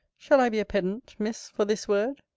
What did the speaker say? shall i be a pedant, miss, for this word?